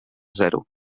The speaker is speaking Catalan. zero